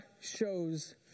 shows